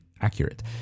accurate